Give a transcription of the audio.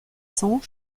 cents